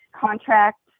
contract